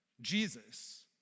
Jesus